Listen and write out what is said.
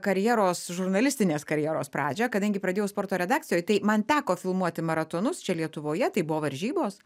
karjeros žurnalistinės karjeros pradžią kadangi pradėjau sporto redakcijoj tai man teko filmuoti maratonus čia lietuvoje tai buvo varžybos